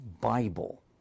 Bible